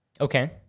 Okay